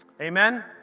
Amen